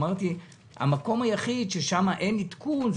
ואמרתי שהמקום היחיד שבו אין עדכון,